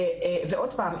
ועוד פעם,